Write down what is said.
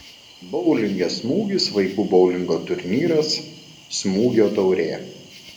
boulinge smūgis vaikų boulingo turnyras smūgio taurė